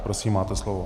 Prosím, máte slovo.